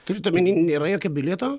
turit omeny nėra jokio bilieto